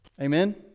Amen